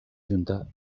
junta